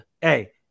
Hey